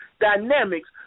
dynamics